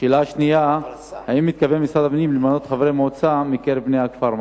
2. האם מתכוון משרד הפנים למנות חברי מועצה מקרב בני הכפר מסעדה?